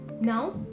Now